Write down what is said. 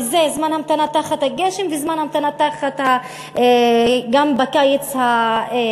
וזה זמן המתנה בגשם וזמן המתנה גם בקיץ החם.